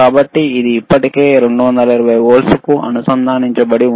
కాబట్టి ఇది ఇప్పటికే 220 వోల్ట్లకు అనుసంధానించబడి ఉంది